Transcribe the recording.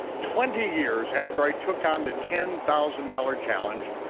twenty years after i took on the ten thousand dollars challenge,